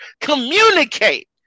Communicate